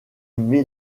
aimé